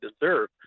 deserve